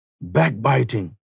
backbiting